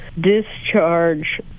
discharge